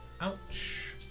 ouch